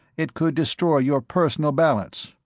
it could destroy your personal balance,